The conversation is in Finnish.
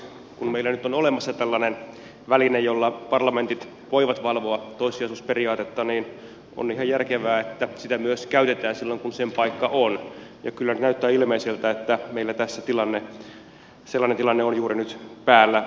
kun meillä nyt on olemassa tällainen väline jolla parlamentit voivat valvoa toissijaisuusperiaatetta niin on ihan järkevää että sitä myös käytetään silloin kun sen paikka on ja kyllä nyt näyttää ilmeiseltä että meillä tässä sellainen tilanne on juuri nyt päällä